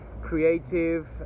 creative